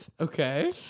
Okay